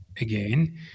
again